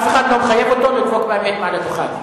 אף אחד לא מחייב אותו לדבוק באמת מעל הדוכן.